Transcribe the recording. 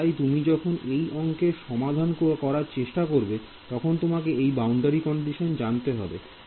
তাই তুমি যখন এই অংকের সমাধান করার চেষ্টা করবে তখন তোমাকে এর বাউন্ডারি কন্ডিশন জানতে হবে